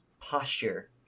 posture